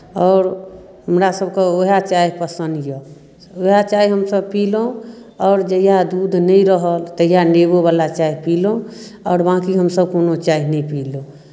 आओर हमरासभकेँ उएह चाह पसन्द यए उएह चाह हमसभ पीलहुँ आओर जहिआ दूध नहि रहल तहिआ नेबोवला चाह पीलहुँ आओर बाँकी हमसभ कोनो चाह नहि पीलहुँ